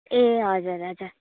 ए हजुर हजुर